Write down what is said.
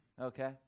okay